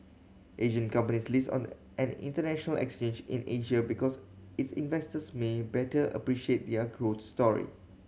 Asian companies list on an international exchange in Asia because its investors may better appreciate their growth story